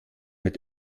mit